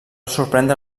sorprendre